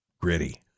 gritty